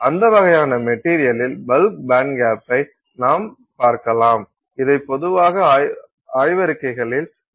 அந்த வகையான மெட்டீரியலில் பல்க் பேண்ட்கேப்பை நாம் பார்க்கலாம் இதை பொதுவாக ஆய்வறிக்கைகளில் நாம் பார்க்கலாம்